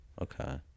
Okay